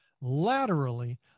laterally